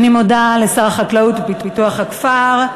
אני מודה לשר החקלאות ופיתוח הכפר.